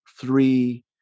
three